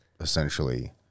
essentially